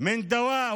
זה אותו דבר.